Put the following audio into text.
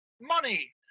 Money